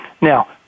Now